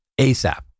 ASAP